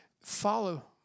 Follow